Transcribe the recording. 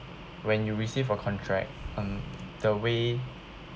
when you received a contract um the way